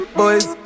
boys